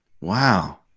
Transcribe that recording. Wow